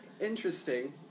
Interesting